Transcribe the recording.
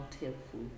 helpful